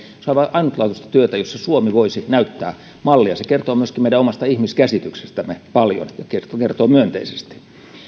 ainutlaatuista työtä jossa suomi voisi näyttää mallia se kertoo myöskin meidän omasta ihmiskäsityksestämme paljon ja kertoo siitä myönteisesti